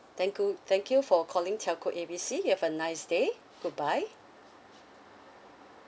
thank you thank you for calling telco A B C you have a nice day goodbye